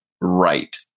right